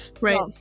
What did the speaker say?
Right